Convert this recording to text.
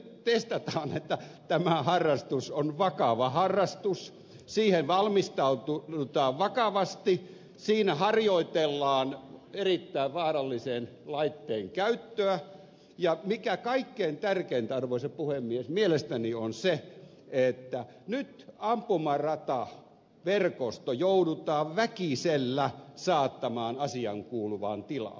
elikkä nyt testataan että tämä harrastus on vakava harrastus siihen valmistaudutaan vakavasti siinä harjoitellaan erittäin vaarallisen laitteen käyttöä ja mikä kaikkein tärkeintä arvoisa puhemies mielestäni on on se että nyt ampumarataverkosto joudutaan väkisellä saattamaan asiaan kuuluvaan tilaan